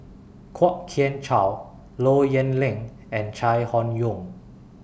Kwok Kian Chow Low Yen Ling and Chai Hon Yoong